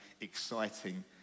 exciting